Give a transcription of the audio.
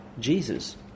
Jesus